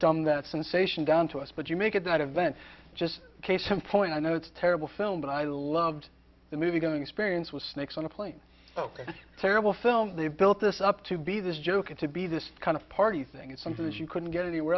dumb that sensation down to us but you make it that event just a case in point i know it's a terrible film but i loved the movie going experience with snakes on a plane terrible film they have built this up to be this joking to be this kind of party thing it's something that you couldn't get anywhere